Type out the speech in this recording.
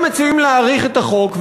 עכשיו מציעים להאריך את החוק,